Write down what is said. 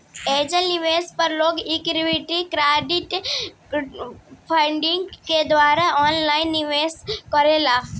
angel निवेशक पर लोग इक्विटी क्राउडफण्डिंग के द्वारा ऑनलाइन निवेश करेला